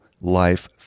life